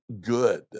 good